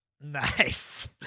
Nice